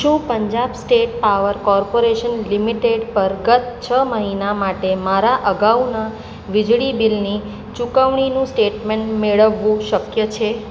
શું Punjab state power corporation limited પર ગત છ મહિના માટે મારા અગાઉના વીજળી બિલની ચૂકવણીનું સ્ટેટમેન્ટ મેળવવું શક્ય છે